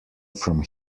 from